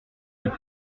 les